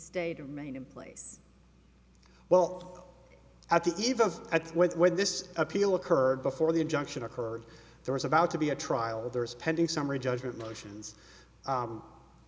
state of maine in place well at the event at when this appeal occurred before the injunction occurred there was about to be a trial there is pending summary judgment motions